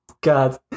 God